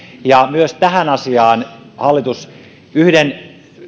ja myös tähän asiaan hallitus teki yhden